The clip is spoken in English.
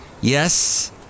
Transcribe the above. yes